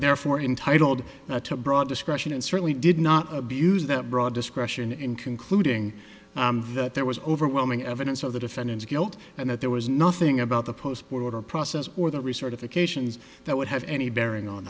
therefore entitled to broad discretion and certainly did not abuse that broad discretion in concluding that there was overwhelming evidence of the defendant's guilt and that there was nothing about the post border process or the recertification that would have any bearing on